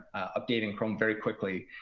updating chrome very quickly.